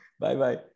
Bye-bye